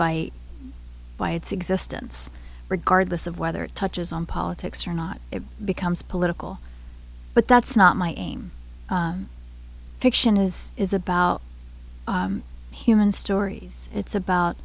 by by its existence regardless of whether it touches on politics or not it becomes political but that's not my aim fiction is is about human stories it's about